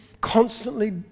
constantly